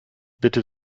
bitte